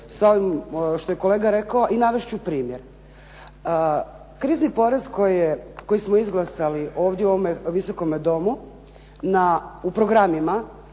što je kolega rekao i navest ću primjer. Krizni porez koji smo izglasali ovdje u ovome Visokom domu u programima